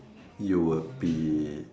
you will be